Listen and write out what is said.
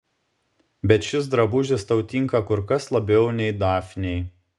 bet šis drabužis tau tinka kur kas labiau nei dafnei